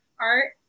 art